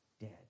dead